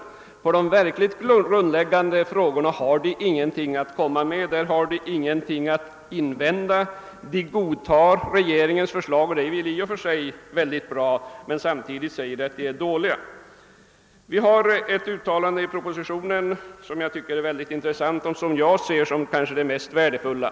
När det gäller de verkligt grundläggande problemen har de ingenting att invända mot regeringens förslag — det är i och för sig bra — men samtidigt säger de att förslagen är dåliga. Ett uttalande i propositionen är särskilt intressant, och jag ser detta uttalande som det kanske mest värdefulla.